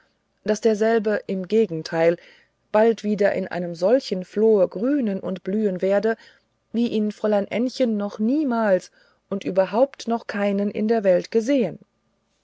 daß derselbe im gegenteil bald wieder in einem solchen flor grünen und blühen werde wie ihn fräulein ännchen noch niemals und überhaupt noch keinen in der welt gesehen